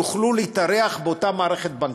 יוכלו להתארח באותה מערכת בנקאית.